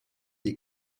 des